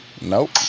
Nope